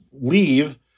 leave